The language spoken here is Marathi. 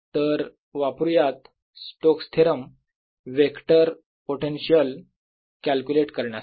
तर वापरुयात Stokes theorem vector potential calculate करण्यासाठी